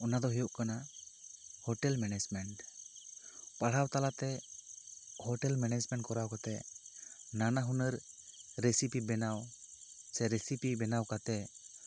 ᱚᱱᱟ ᱫᱚ ᱦᱩᱭᱩᱜ ᱠᱟᱱᱟ ᱦᱚᱴᱮᱞ ᱢᱮᱱᱮᱡᱽᱢᱮᱱᱴ ᱯᱟᱲᱦᱟᱣ ᱛᱟᱞᱟᱛᱮ ᱦᱚᱴᱮᱞ ᱢᱮᱱᱮᱡᱽᱢᱮᱱᱴ ᱠᱚᱨᱟᱣ ᱠᱟᱛᱮᱜ ᱱᱟᱱᱟ ᱦᱩᱱᱟᱹᱨ ᱨᱤᱥᱤᱯᱤ ᱵᱮᱱᱟᱣ ᱥᱮ ᱨᱤᱥᱤᱯᱤ ᱵᱮᱱᱟᱣ ᱠᱟᱛᱮᱜ